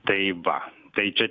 tai va tai čia